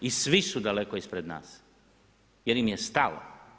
I svi su daleko ispred nas jer im je stalo.